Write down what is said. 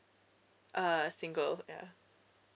uh single ya